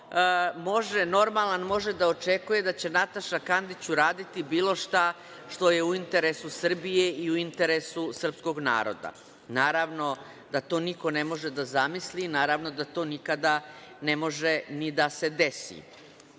normalan može da očekuje da će Nataša Kandić uraditi bilo šta što je u interesu Srbije i u interesu srpskog naroda? Naravno da to niko ne može da zamisli, naravno da to nikada ne može ni da se desi. Ali,